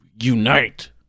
unite